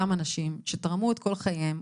אותם אנשים שתרמו את כל חייהם,